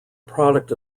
product